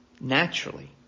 naturally